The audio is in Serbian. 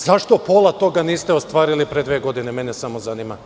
Zašto pola toga niste ostvarili pre dve godine, samo me to zanima?